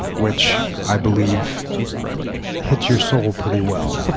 which i believe hits your soul pretty well.